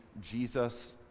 Jesus